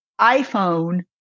iPhone